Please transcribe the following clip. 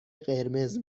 قرمز